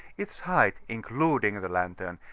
its height, including the lantern,